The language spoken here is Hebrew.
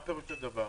מה פירוש הדבר?